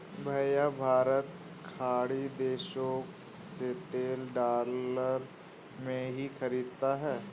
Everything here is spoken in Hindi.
भैया भारत खाड़ी देशों से तेल डॉलर में ही खरीदता है